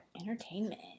Entertainment